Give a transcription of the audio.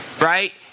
right